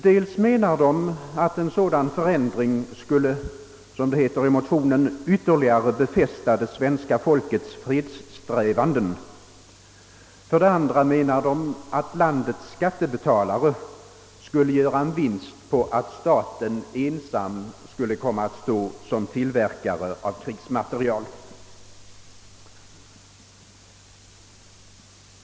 Dels menar de att detta skulle, som det heter i motionen, ytterligare befästa det svenska folkets fredssträvanden, dels menar de att landets skattebetalare skulle göra en vinst på att staten ensam stod som tillverkare av krigsmateriel.